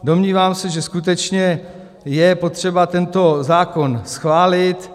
Domnívám se, že skutečně je potřeba tento zákon schválit.